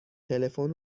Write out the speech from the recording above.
تلفن